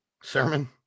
Sermon